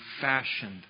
fashioned